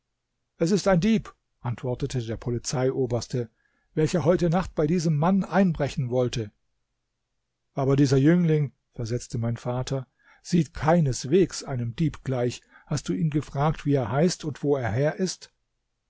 es ist ein dieb antwortete der polizeioberste welcher heute nacht bei diesem mann einbrechen wollte aber dieser jüngling versetzte mein vater sieht keineswegs einem dieb gleich hast du ihn gefragt wie er heißt und wo er her ist